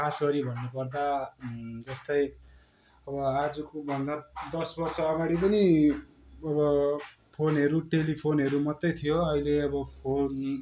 खास गरी भन्नु पर्दा जस्तै अब आजकोभन्दा दस वर्ष अगाडि पनि अब फोनहरू टेलिफोनहरू मात्रै थियो अहिले अब फोन